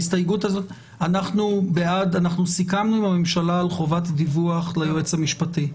אנחנו סיכמנו עם הממשלה על חובת דיווח ליועץ המשפטי.